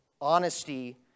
honesty